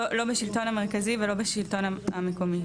לא בשלטון המרכזי ולא בשלטון המקומי,